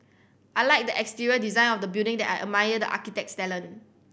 I like the exterior design of the building that I admire the architect's talent